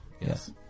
Yes